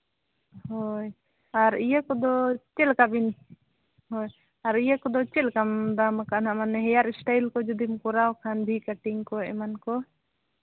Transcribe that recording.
ᱦᱳᱭ ᱟᱨ ᱤᱭᱟᱹ ᱠᱚᱫᱚ ᱪᱮᱫ ᱞᱮᱠᱟ ᱵᱤᱱ ᱦᱳᱭ ᱟᱨ ᱤᱭᱟᱹ ᱠᱚᱫᱚ ᱪᱮᱫ ᱞᱮᱠᱟ ᱫᱟᱢ ᱟᱠᱟᱫᱼᱟ ᱦᱟᱸᱜ ᱢᱟᱱᱮ ᱦᱮᱭᱟᱨ ᱥᱴᱟᱭᱤᱞ ᱠᱚ ᱡᱩᱫᱤᱢ ᱠᱚᱨᱟᱣ ᱠᱷᱟᱱ ᱵᱷᱤ ᱠᱟᱴᱤᱝ ᱠᱚ ᱮᱢᱟᱱ ᱠᱚ